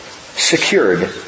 secured